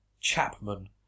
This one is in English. Chapman